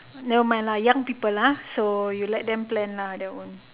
never mind lah young people lah so you let them plan that one